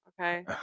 Okay